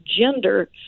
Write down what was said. gender